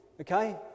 Okay